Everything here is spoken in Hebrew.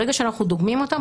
ברגע שאנחנו דוגמים אותם,